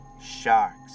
sharks